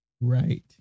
Right